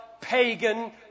pagan